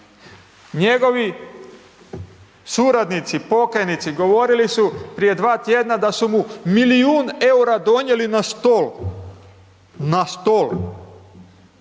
Njegovi, suradnici, pokajnici, govorili su prije dva tjedana da su mu milijun eura donijeli na stol, na stol,